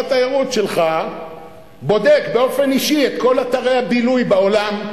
שר התיירות שלך בודק באופן אישי את כל אתרי הבילוי בעולם.